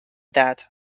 that